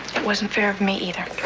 that wasn't fair of me either.